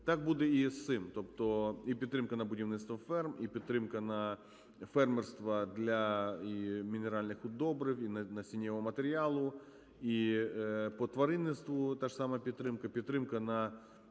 Так буде і з цим. Тобто і підтримка на будівництво ферм, і підтримка на фермерства для і мінеральних добрив, і насінного матеріалу, і по тваринництву та ж сама підтримка, підтримка на